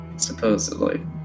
Supposedly